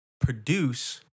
produce